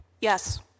yes